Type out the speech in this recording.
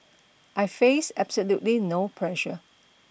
I face absolutely no pressure